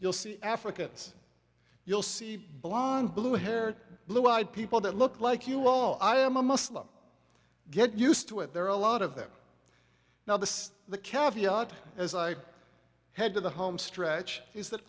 you'll see africans you'll see blond blue haired blue eyed people that look like you all i am a muslim get used to it there are a lot of them now the the caviar as i head to the homestretch is that